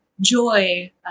joy